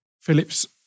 Phillips